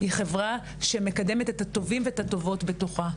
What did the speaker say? היא חברה שמקדמת את הטובים והטובות בתוכה,